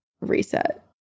reset